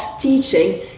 teaching